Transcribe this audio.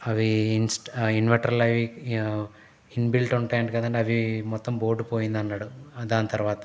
అవి ఇన్స్టా ఇన్వెంటర్లు అవి ఇన్ బిల్ట్ ఉంటాయి అంట కదా అవి మొత్తం బోర్డు పోయింది అన్నాడు దాని తర్వాత